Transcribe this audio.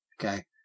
Okay